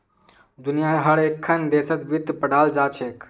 दुनियार हर एकखन देशत वित्त पढ़ाल जा छेक